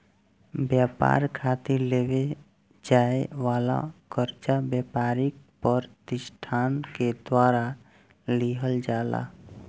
ब्यपार खातिर लेवे जाए वाला कर्जा ब्यपारिक पर तिसठान के द्वारा लिहल जाला